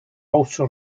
also